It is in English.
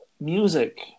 music